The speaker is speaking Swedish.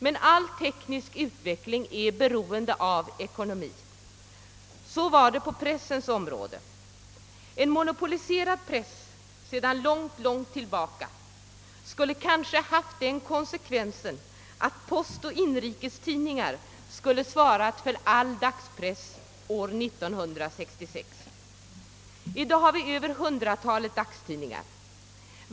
Men all teknisk utveckling är beroende av ekono miska förhållanden. Så var det också på pressens område. En monopoliserad press sedan långt tillbaka skulle kanske haft den konsekvensen, att Postoch Inrikes Tidningar hade fått svara för all dagspress år 1966. I dag har vi över hundratalet dagstidningar.